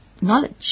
knowledge